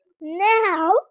Now